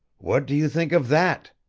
what do you think of that?